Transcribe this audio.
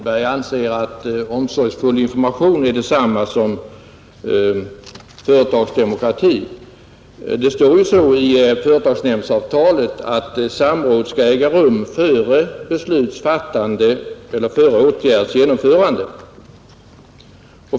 Herr talman! Liksom herrar Sjönell, Hamrin och Nilsson i Tvärålund är jag något förvånad över att statsrådet Löfberg anser att omsorgsfull information är detsamma som företagsdemokrati. Det står i företagsnämndsavtalet att samråd skall äga rum före besluts fattande eller åtgärds genomförande.